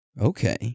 Okay